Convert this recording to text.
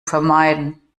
vermeiden